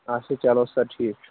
اچھا چلو سَر ٹھیٖک چھُ